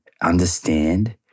understand